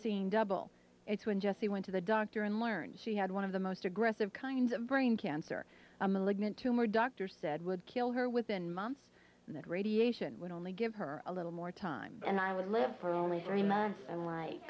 seeing double it's when jessie went to the doctor and learned she had one of the most aggressive kinds of brain cancer a malignant tumor doctors said would kill her within months and that radiation would only give her a little more time and i would live for only three months and